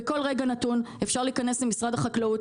בכל רגע נתון אפשר להיכנס למשרד החקלאות,